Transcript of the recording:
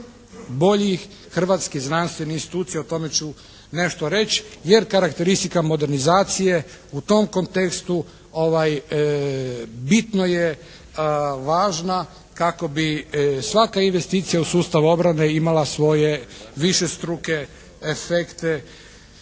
najboljih hrvatskih znanstvenih institucija. O tome ću nešto reći, jer karakteristika modernizacije u tom kontekstu bitno je važna kako bi svaka investicija u sustavu obrane imala svoje višestruke efekte